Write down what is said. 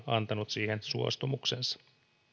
antanut siihen suostumuksensa